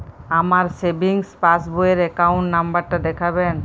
আমার সেভিংস পাসবই র অ্যাকাউন্ট নাম্বার টা দেখাবেন?